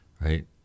right